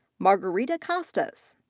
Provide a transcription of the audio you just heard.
margarita costas.